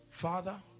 Father